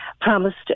promised